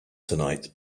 tonight